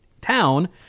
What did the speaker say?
town